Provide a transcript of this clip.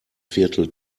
viertel